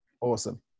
awesome